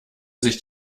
sich